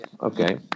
okay